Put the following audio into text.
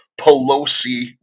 Pelosi